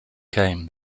came